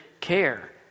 care